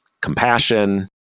compassion